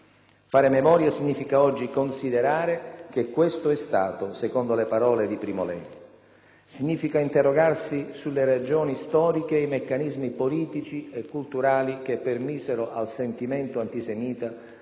Fare memoria significa oggi «considerare che questo è stato», secondo le parole di Primo Levi. Significa interrogarsi sulle ragioni storiche e i meccanismi politici e culturali che permisero al sentimento antisemita,